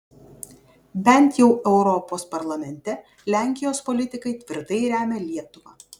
bent jau europos parlamente lenkijos politikai tvirtai remia lietuvą